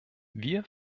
wir